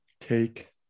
take